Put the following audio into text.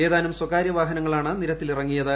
ഏതാനും സ്വകാര്യവാഹനങ്ങളാണ് നിരത്തിലിറങ്ങിയത്